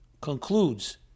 concludes